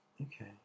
Okay